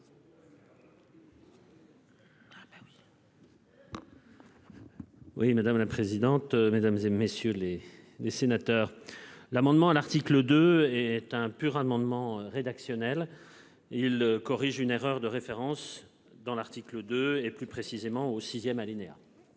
Oui madame la présidente, mesdames et messieurs les. Sénateurs l'amendement à l'article 2 est un pur amendements rédactionnels. Il corrige une erreur de référence dans l'article 2 et plus précisément au 6ème alinéa.